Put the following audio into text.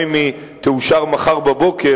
גם אם היא תאושר מחר בבוקר,